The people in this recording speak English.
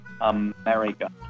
America